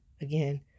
Again